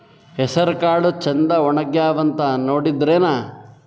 ಹೆಸರಕಾಳು ಛಂದ ಒಣಗ್ಯಾವಂತ ನೋಡಿದ್ರೆನ?